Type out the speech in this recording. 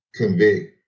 convict